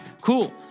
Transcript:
Cool